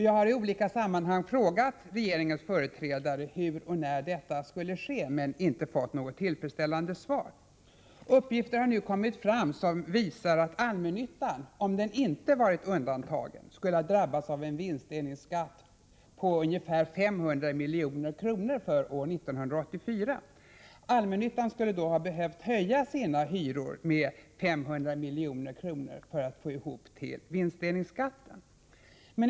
Jag har i olika sammanhang frågat regeringens företrädare hur och när detta skulle ske men inte fått något tillfredsställande svar. Uppgifter har nu kommit fram som visar att allmännyttan, om den inte hade varit undantagen, skulle ha drabbats av en vinstdelningsskatt på ungefär 500 milj.kr. år 1984. Allmännyttan skulle då ha behövt höja sina hyror med 500 milj.kr. för att få ihop till vinstdelningsskatten.